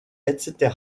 etc